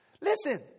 Listen